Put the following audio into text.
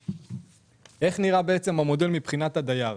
איך נראה המודל מבחינת הדייר?